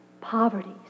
poverty